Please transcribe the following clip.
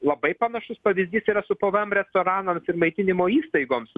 labai panašus pavyzdys yra su pvm restoranams maitinimo įstaigoms